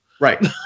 Right